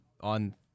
on